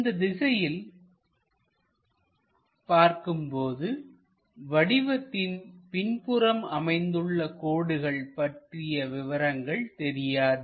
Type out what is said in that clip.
இந்த திசையில் பார்க்கும்போது வடிவத்தின் பின்புறம் அமைந்துள்ள கோடுகள் பற்றிய விவரங்கள் தெரியாது